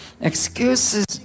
excuses